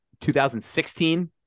2016